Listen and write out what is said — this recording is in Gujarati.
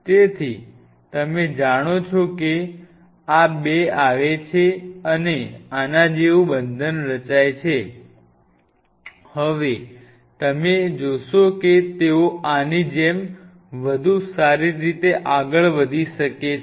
તેથી તમે જાણો છો કે આ બે આવે છે અને આના જેવું બંધન રચાય છે હવે તમે જોશો કે તેઓ આની જેમ વધુ સારી રીતે આગળ વધી શકે છે